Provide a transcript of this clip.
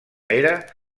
era